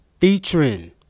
featuring